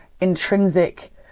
intrinsic